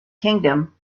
kingdom